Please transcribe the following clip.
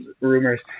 rumors